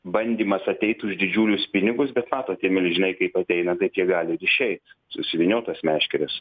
bandymas ateit už didžiulius pinigus bet matot tie milžinai kaip ateina taip jie gali ir išeit susivyniot tas meškeres